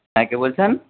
হ্যাঁ কে বলছেন